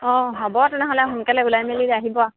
অঁ হ'ব তেনেহ'লে সোনকালে ওলাই মেলি আহিব আৰু